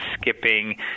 skipping